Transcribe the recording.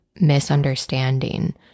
misunderstanding